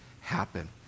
happen